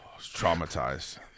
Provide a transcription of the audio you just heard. traumatized